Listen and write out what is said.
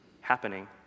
happening